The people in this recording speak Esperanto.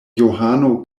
johano